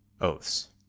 Oaths